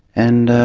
and